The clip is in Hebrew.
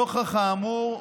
נוכח האמור,